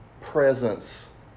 presence